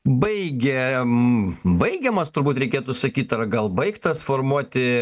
baigėm baigiamas turbūt reikėtų sakyt ar gal baigtas formuoti